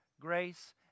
Grace